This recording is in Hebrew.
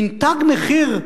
מין תג מחיר ממשלתי.